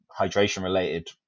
hydration-related